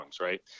right